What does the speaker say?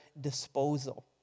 disposal